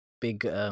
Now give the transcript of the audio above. big